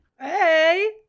Hey